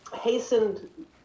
hastened